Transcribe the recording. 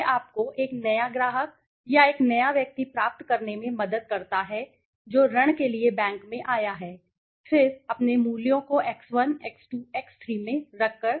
यह आपको एक नया ग्राहक या एक नया व्यक्ति प्राप्त करने में मदद करता है जो ऋण के लिए बैंक में आया है फिर अपने मूल्यों को X1 x2 x3 में रखकर